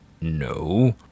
No